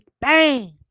bang